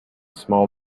small